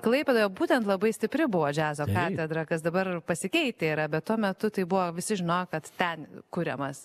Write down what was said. klaipėdoje būtent labai stipri buvo džiazo katedra kas dabar pasikeitę yra bet tuo metu tai buvo visi žinojo kad ten kuriamas